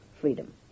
freedom